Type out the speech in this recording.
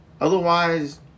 Otherwise